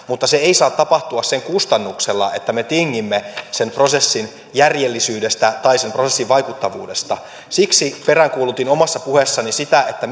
mutta se ei saa tapahtua sen kustannuksella että me tingimme sen prosessin järjellisyydestä tai sen prosessin vaikuttavuudesta siksi peräänkuulutin omassa puheessani sitä että